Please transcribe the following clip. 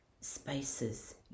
spaces